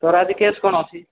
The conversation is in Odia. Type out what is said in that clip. ତୋର ଆଜି କେସ୍ କ'ଣ ଅଛି